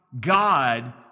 God